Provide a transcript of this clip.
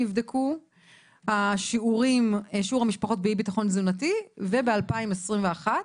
שנבדק שיעור המשפחות באי-ביטחון תזונתי, וב-2021.